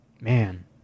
Man